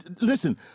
Listen